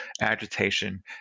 agitation